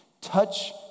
touch